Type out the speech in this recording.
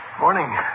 Morning